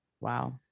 Wow